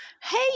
Hey